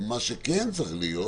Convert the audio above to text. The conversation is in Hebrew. מה שכן צריך להיות